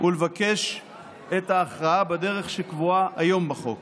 ולבקש את ההכרעה בדרך שקבועה היום בחוק.